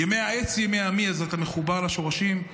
"כימי העץ ימי עמי", אז אתה מחובר לשורשים.